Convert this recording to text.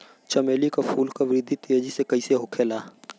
चमेली क फूल क वृद्धि तेजी से कईसे होखेला?